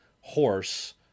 horse